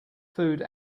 food